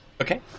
Okay